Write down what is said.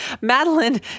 Madeline